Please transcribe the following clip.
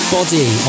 Body